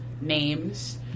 names